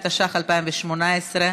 התשע"ח 2018,